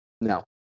no